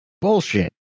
Bullshit